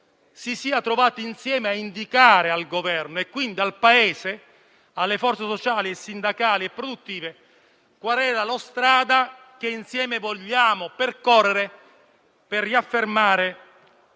si sia trovato insieme a indicare al Governo, e quindi al Paese, alle forze sociali, sindacali e produttive, la strada che insieme vogliamo percorrere per riaffermare